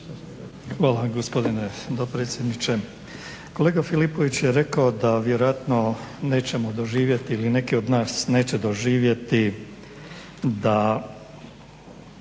Hvala gospodine dopredsjedniče. Kolega Filipović je rekao da vjerojatno nećemo doživjeti ili neki od nas neće doživjeti da